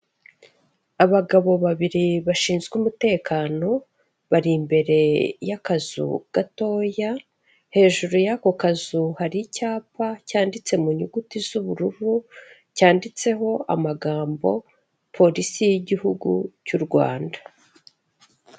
Abagabo babiri bashinzwe umutekano, bari imbere y'akazu gatoya hejuru y'ako kazu hari icyapa cyanditse mu nyuguti z'ubururu, cyanditseho amagambo polisi y'igihugu cy'u Rwanda.